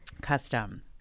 Custom